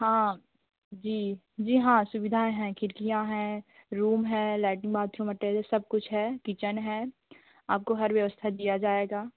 हाँ जी जी हाँ सुविधाएँ हैं खिड़कियाँ हैं रूम है लैट्रिंग बाथरूम अटैच है सब कुछ है किचन है आपको हर व्यवस्था दिया जाएगा